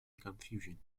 confusion